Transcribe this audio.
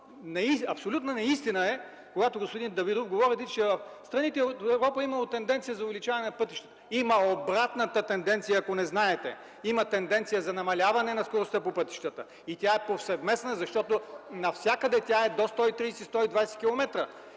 Абсолютна неистина е, когато, господин Давидов, говорите, че в страните в Европа имало тенденция за увеличаване на скоростта по пътищата. Има обратната тенденция, ако не знаете, има тенденция за намаляване на скоростта по пътищата и тя е повсеместна, защото навсякъде тя е до 130-120